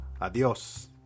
Adios